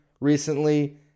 recently